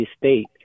State